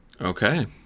okay